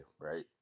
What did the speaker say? right